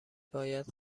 باید